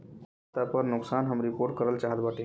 बचत खाता पर नुकसान हम रिपोर्ट करल चाहत बाटी